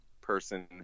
person